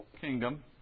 kingdom